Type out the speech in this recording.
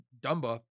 Dumba